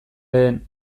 lehen